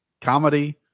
comedy